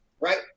Right